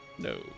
No